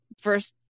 first